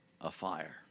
afire